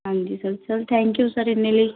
ਹਾਂਜੀ sir sir thank you sir ਇੰਨੇ ਲਈ